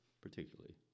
particularly